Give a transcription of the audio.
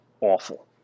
Awful